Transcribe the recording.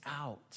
out